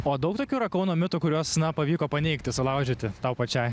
o daug tokių yra kauno mitų kuriuos na pavyko paneigti sulaužyti tau pačiai